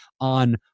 on